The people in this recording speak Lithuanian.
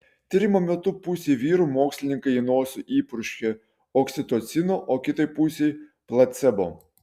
tyrimo metu pusei vyrų mokslininkai į nosį įpurškė oksitocino o kitai pusei placebo